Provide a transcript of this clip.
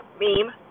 meme